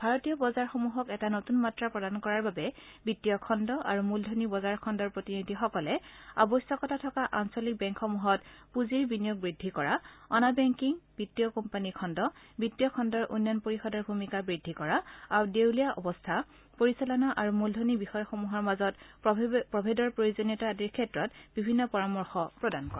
ভাৰতীয় বজাৰ সমূহক এটা নতুন মাত্ৰা প্ৰদান কৰাৰ বাবে বিত্তীয় খণ্ড আৰু মূলধনী বজাৰ খণ্ডৰ প্ৰতিনিধিসকলে আৱশ্যকতা থকা আঞ্চলিক বেংকসমূহত পূজি বিনিয়োগ বৃদ্ধি কৰা অনা বেংকিং বিত্তীয় কোম্পানী খণ্ডত বিত্তীয় খণ্ডৰ উন্নয়ণ পৰিষদৰ ভূমিকা বৃদ্ধি কৰা আৰু দেওলীয়া অৱস্থা পৰিচালনা আৰু মূলধনী বিষয়সমূহৰ মাজত প্ৰভেদৰ প্ৰয়োজনীয়তা আদিৰ ক্ষেত্ৰত বিভিন্ন পৰামৰ্শ প্ৰদান কৰে